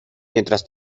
mientras